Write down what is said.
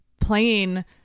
playing